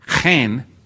chen